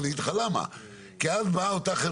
אני יודע שזאת בעיה כלכלית.